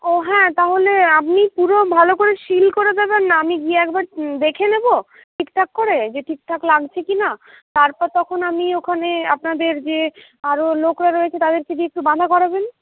ও হ্যাঁ তাহলে আপনি পুরো ভালো করে সিল করে দেবেন না আমি গিয়ে একবার দেখে নেবো ঠিকঠাক করে যে ঠিকঠাক লাগছে কিনা তারপর তখন আমি ওখানে আপনাদের যে আরও লোকরা রয়েছে তাদেরকে দিয়ে একটু বাঁধা করাবেন